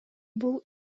бул